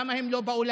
למה הם לא באולם?